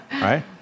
Right